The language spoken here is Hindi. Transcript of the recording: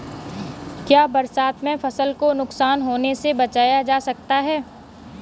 क्या बरसात में फसल को नुकसान होने से बचाया जा सकता है?